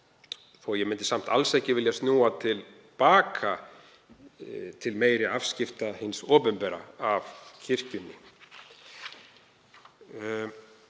að ég myndi samt alls ekki vilja snúa til baka til meiri afskipta hins opinbera af kirkjunni.